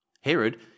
Herod